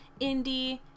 indie